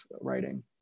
writing